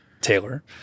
Taylor